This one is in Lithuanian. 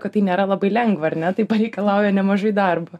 kad tai nėra labai lengva ar ne tai pareikalauja nemažai darbo